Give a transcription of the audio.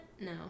No